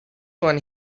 when